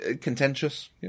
contentious